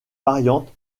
variante